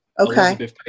Okay